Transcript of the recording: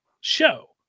show